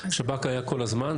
השב"כ היה כל הזמן.